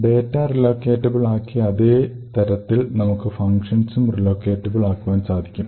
data relocatable ആക്കിയ അതേതരത്തിൽ നമുക്കു ഫങ്ഷൻസും റീലൊക്കേറ്റബിൾ ആക്കുവാൻ സാധിക്കും